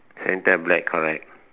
center black correct